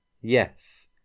yes